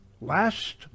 Last